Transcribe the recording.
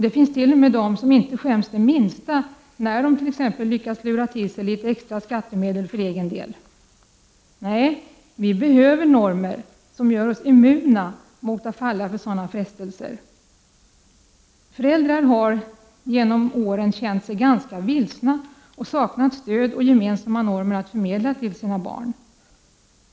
Det finns t.o.m. de som inte skäms det minsta när de t.ex. lyckas lura till sig litet extra av skattemedel för egen del. Nej, vi behöver normer som gör oss immuna mot att falla för sådana frestelser. Föräldrar har genom åren känt sig ganska vilsna och saknat stöd av gemensamma normer att förmedla till sina barn.